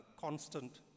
constant